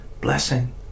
blessing